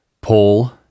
Paul